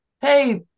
Hey